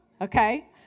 okay